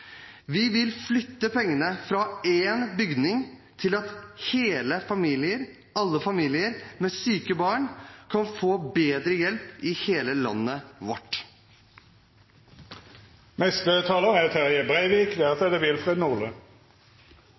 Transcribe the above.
Vi vil flytte pengene fra én bygning til at alle familier med syke barn kan få bedre hjelp i hele landet vårt. Når eg har bedt om ordet heilt på tampen av ein, lang, omfattande debatt, så er det